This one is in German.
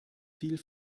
viel